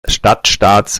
stadtstaats